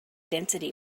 density